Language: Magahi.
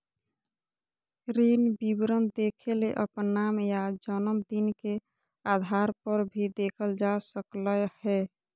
ऋण विवरण देखेले अपन नाम या जनम दिन के आधारपर भी देखल जा सकलय हें